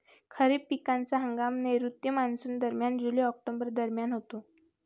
खरीप पिकांचा हंगाम नैऋत्य मॉन्सूनदरम्यान जुलै ऑक्टोबर दरम्यान होतो